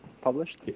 published